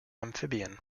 amphibian